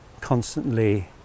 constantly